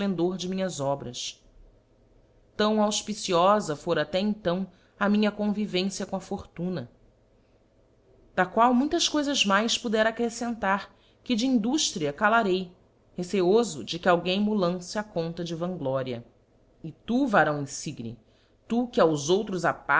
efplendor de minhas obras tão aufpiciofa for até então a minha convivência com a fortuna da qu muitas mais coifas poderá accrefcentar que de induílir calarei receiofo de que alguém m'o lance á conta vangloria e tu varão inligne tu que aos outros